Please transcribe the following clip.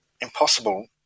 impossible